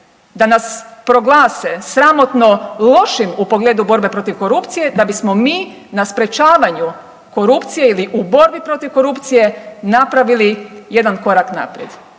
da nas proglase sramotno lošim u pogledu borbe protiv korupcije da bismo mi na sprječavanju korupcije ili u borbi protiv korupcije napravili jedan korak naprijed.